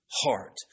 heart